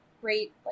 great